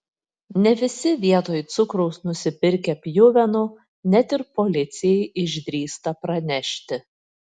ne visi vietoj cukraus nusipirkę pjuvenų net ir policijai išdrįsta pranešti